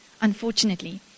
unfortunately